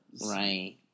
Right